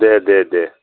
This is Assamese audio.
দে দে দে